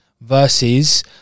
Versus